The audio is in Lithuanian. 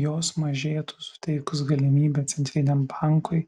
jos mažėtų suteikus galimybę centriniam bankui